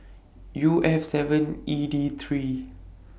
U F seven E D three